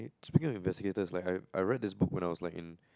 speaking of investigators like I I read this book when I was like in